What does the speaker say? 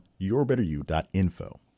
yourbetteryou.info